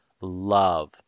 love